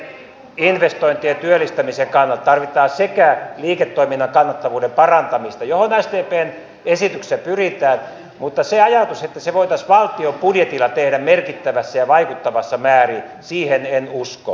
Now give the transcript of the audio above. yritysten investointien ja työllistämisen kannalta tarvitaan liiketoiminnan kannattavuuden parantamista johon sdpn esityksessä pyritään mutta siihen ajatukseen että se voitaisiin valtion budjetilla tehdä merkittävässä ja vaikuttavassa määrin en usko